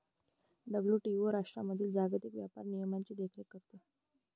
WTO राष्ट्रांमधील जागतिक व्यापार नियमांची देखरेख करते